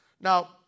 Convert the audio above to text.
Now